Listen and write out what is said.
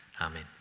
Amen